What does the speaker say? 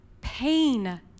pain